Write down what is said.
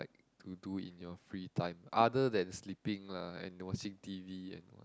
to do in your free time other than sleeping lah and watching t_v and